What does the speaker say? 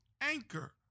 anchor